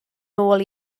nôl